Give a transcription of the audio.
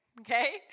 Okay